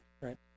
Right